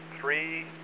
three